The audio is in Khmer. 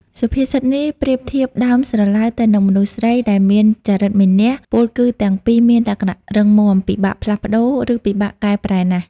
សុភាសិតនេះប្រៀបធៀបដើមស្រឡៅទៅនឹងមនុស្សស្រីដែលមានចរិតមានះ ពោលគឺទាំងពីរមានលក្ខណៈរឹងមាំ ពិបាកផ្លាស់ប្តូរ ឬពិបាកកែប្រែណាស់។